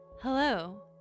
hello